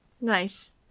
Nice